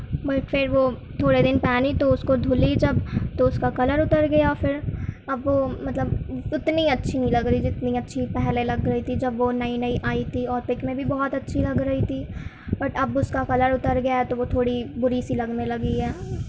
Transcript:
but پھر وہ تھوڑے دن پہنی تو اس کو دھلی جب تو اس کا کلر اتر گیا پھر اب وہ مطلب اتنی اچھی نہیں لگ رہی جتنی اچھی پہلے لگ رہی تھی جب وہ نئی نئی آئی تھی اور پک میں بھی بہت اچھی لگ رہی تھی اور اب اس کا کلر اتر گیا ہے تو وہ تھوڑی بری سی لگنے لگی ہے